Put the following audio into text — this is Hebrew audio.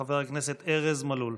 חבר הכנסת ארז מלול.